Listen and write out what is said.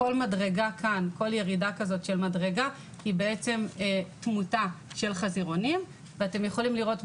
כל ירידה של מדרגה כאן היא תמותה של חזירונים ואתם יכולים לראות,